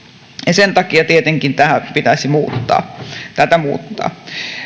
sen takia tietenkin tätä pitäisi muuttaa me